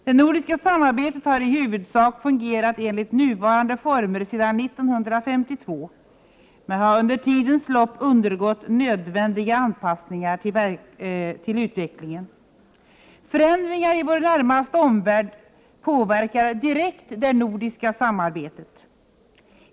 Det nordiska samarbetet har i huvudsak fungerat enligt nuvarande former sedan 1952, men det har under årens lopp undergått nödvändiga anpassningar till utvecklingen. Förändringar i vår närmaste omvärld påverkar direkt det nordiska samarbetet.